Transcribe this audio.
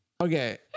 Okay